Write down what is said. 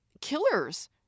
killers